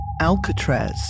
Alcatraz